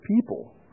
people